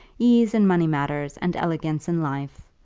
ease in money matters, and elegance in life,